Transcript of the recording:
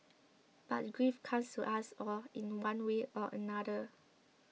but grief comes to us all in one way or another